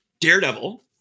Daredevil